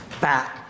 back